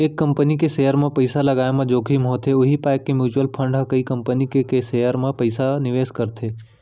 एक कंपनी के सेयर म पइसा लगाय म जोखिम होथे उही पाय के म्युचुअल फंड ह कई कंपनी के के सेयर म पइसा निवेस करथे